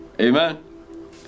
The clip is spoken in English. Amen